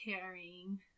caring